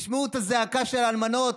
תשמעו את הזעקה של האלמנות,